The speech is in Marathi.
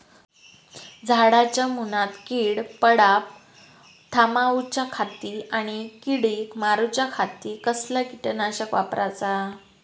झाडांच्या मूनात कीड पडाप थामाउच्या खाती आणि किडीक मारूच्याखाती कसला किटकनाशक वापराचा?